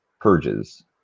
purges